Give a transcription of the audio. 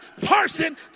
person